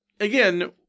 again